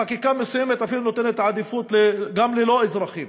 חקיקה מסוימת אפילו נותנת עדיפות גם ללא אזרחים,